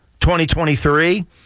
2023